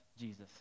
Jesus